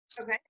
Okay